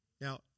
Now